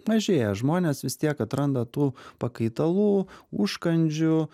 mažėja žmonės vis tiek atranda tų pakaitalų užkandžių